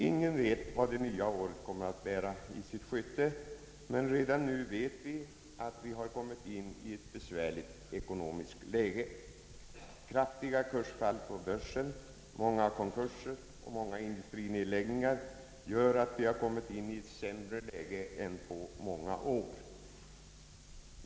Ingen vet vad det nya året bär i sitt sköte, men redan nu kan det sägas att vi har kommit in i ett besvärligt ekonomiskt läge. Kraftiga kursfall på börsen, talrika konkurser och många industrinedläggningar gör att läget måste anses sämre än på åtskilliga år.